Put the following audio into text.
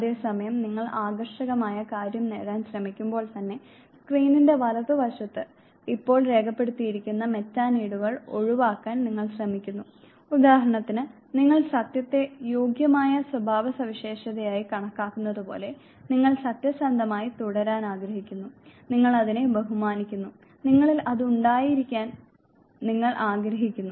അതേസമയം നിങ്ങൾ ആകർഷകമായ കാര്യം നേടാൻ ശ്രമിക്കുമ്പോൾ തന്നെ സ്ക്രീനിന്റെ വലതുവശത്ത് ഇപ്പോൾ രേഖപ്പെടുത്തിയിരിക്കുന്ന മെറ്റാനീഡുകൾ ഒഴിവാക്കാൻ നിങ്ങൾ ശ്രമിക്കുന്നു ഉദാഹരണത്തിന് നിങ്ങൾ സത്യത്തെ യോഗ്യമായ സ്വഭാവസവിശേഷതയായി കണക്കാക്കുന്നത് പോലെ നിങ്ങൾ സത്യസന്ധമായി തുടരാൻ ആഗ്രഹിക്കുന്നു നിങ്ങൾ അതിനെ ബഹുമാനിക്കുന്നു നിങ്ങളിൽ അത് ഉണ്ടായിരിക്കാൻ നിങ്ങൾ ആഗ്രഹിക്കുന്നു